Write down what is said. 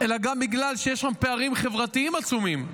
אלא גם בגלל שיש שם פערים חברתיים עצומים.